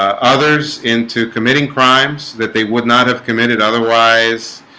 others into committing crimes that they would not have committed otherwise